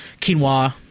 quinoa